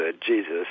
Jesus